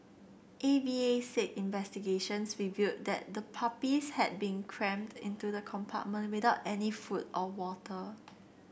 A V A said investigations revealed that the puppies had been crammed into the compartment without any food or water